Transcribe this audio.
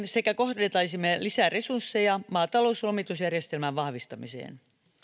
sekä kohdentaisimme lisäresursseja maatalouslomitusjärjestelmän vahvistamiseen